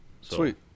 Sweet